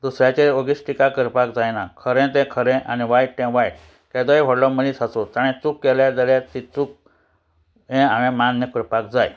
दुसऱ्याचेर ओगीच टिका करपाक जायना खरें तें खरें आनी वायट तें वायट केदोय व्हडलो मनीस आसूं ताणें चूक केल्या जाल्यार ती चूक हें हांवें मान्य करपाक जाय